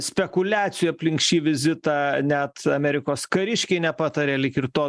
spekuliacijų aplink šį vizitą net amerikos kariškiai nepataria lyg ir to